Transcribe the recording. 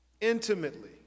intimately